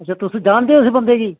अच्छा तुस जानदे ओ उस बंदे गी